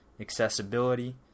accessibility